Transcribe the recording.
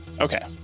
Okay